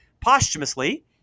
posthumously